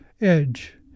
edge